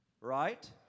right